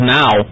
now